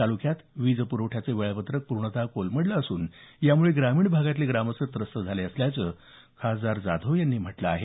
तालुक्यात वीज पुरवठ्याचे वेळापत्रक पूर्णतः कोलमडलं असून यामुळे ग्रामीण भागातले ग्रामस्थ त्रस्त झाले असल्याचं खासदार जाधव यांनी म्हटलं आहे